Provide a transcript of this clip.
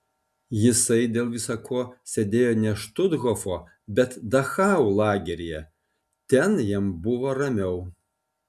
jisai dėl visa ko sėdėjo ne štuthofo bet dachau lageryje ten jam buvo ramiau